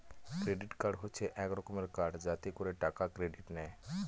credit card হচ্ছে এক রকমের কার্ড যাতে করে টাকা ক্রেডিট নেয়